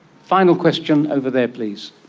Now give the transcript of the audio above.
final question over there please?